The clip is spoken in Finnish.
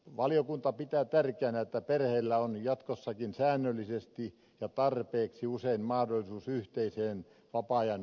valiokunta pitää tärkeänä että perheillä on jatkossakin säännöllisesti ja tarpeeksi usein mahdollisuus yhteiseen vapaa ajan viettoon